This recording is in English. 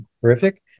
horrific